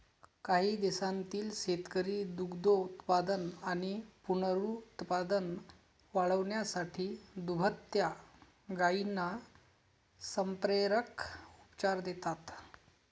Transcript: काही देशांतील शेतकरी दुग्धोत्पादन आणि पुनरुत्पादन वाढवण्यासाठी दुभत्या गायींना संप्रेरक उपचार देतात